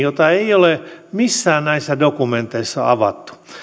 jota ei ole missään näissä dokumenteissa avattu